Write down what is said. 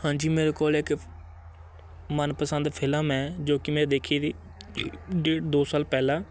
ਹਾਂਜੀ ਮੇਰੇ ਕੋਲ ਇੱਕ ਮਨਪਸੰਦ ਫਿਲਮ ਹੈ ਜੋ ਕਿ ਮੈਂ ਦੇਖੀ ਤੀ ਡੇਢ ਦੋ ਸਾਲ ਪਹਿਲਾਂ